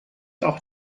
auch